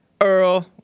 Earl